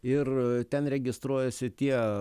ir ten registruojasi tie